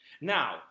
Now